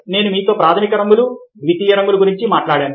నేను మీతో ప్రాథమిక రంగులు మరియు ద్వితీయ రంగుల గురించి మాట్లాడాను